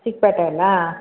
ಚಿಕ್ಕಪೇಟೆಯಲ್ಲಾ